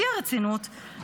בשיא הרצינות,